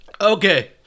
Okay